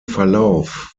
verlauf